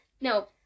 No